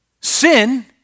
Sin